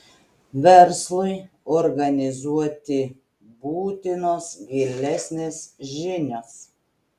verslui organizuoti būtinos gilesnės žinios